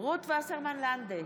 רות וסרמן לנדה,